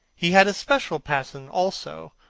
he had a special passion, also,